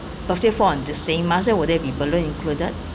birthday fall on the same month so will there be balloon included